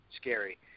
scary